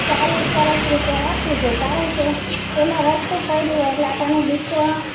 ચાલુ સરસ રીતે રાખવું જોઈએ કારણ કે તેમાં વસ્તુ પલળી હોય એટલે આપણને બીક